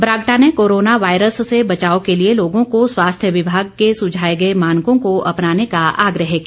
बरागटा ने corona virus से बचाव के लिए लोगों को स्वास्थ्य विभाग के सुझाए गए मानकों को अपनाने का आग्रह किया